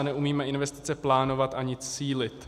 A neumíme investice plánovat ani cílit.